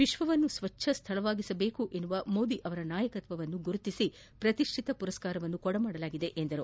ವಿಶ್ವವನ್ನು ಸ್ವಚ್ಛ ಸ್ಥಳವನ್ನಾಗಿಸಬೇಕೆಂಬ ಮೋದಿ ಅವರ ನಾಯಕತ್ವವನ್ನು ಗುರುತಿಸಿ ಪ್ರತಿಷ್ಠಿತ ಪ್ರಶಸ್ತಿ ನೀಡಲಾಗಿದೆ ಎಂದರು